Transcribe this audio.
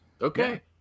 Okay